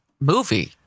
movie